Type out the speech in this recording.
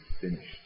finished